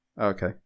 Okay